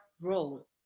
role